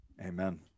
Amen